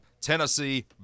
Tennessee